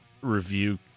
review